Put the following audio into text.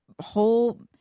whole